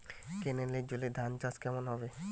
কেনেলের জলে ধানচাষ কেমন হবে?